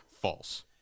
false